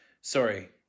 sorry